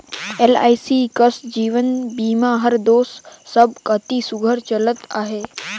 LIC कस जीवन बीमा हर दो सब कती सुग्घर चलत अहे